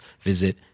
visit